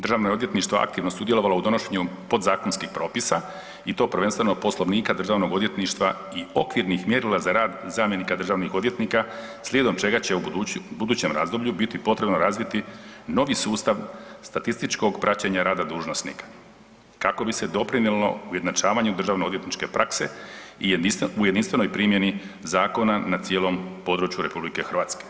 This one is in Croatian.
Državno je odvjetništvo aktivno sudjelovalo u donošenju podzakonskih propisa i to prvenstveno Poslovnika Državnog odvjetništva i okvirnih mjerila za rad zamjenika državnih odvjetnika slijedom čega će u budućem razdoblju biti potrebno razviti novi sustav statističkog praćenja rada dužnosnika kako bi se doprinijelo ujednačavanju državno-odvjetničke prakse u jedinstvenoj primjeni zakona na cijelom području RH.